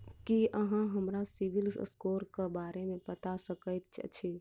की अहाँ हमरा सिबिल स्कोर क बारे मे बता सकइत छथि?